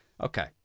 Okay